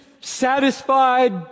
satisfied